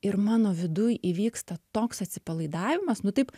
ir mano viduj įvyksta toks atsipalaidavimas nu taip